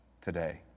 today